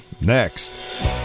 next